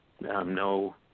no